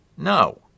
No